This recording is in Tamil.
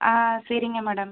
ஆ சரிங்க மேடம்